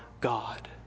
God